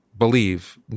Believe